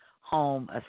home